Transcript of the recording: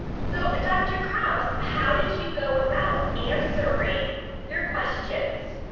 so dr. krause, how did you go about answering your questions?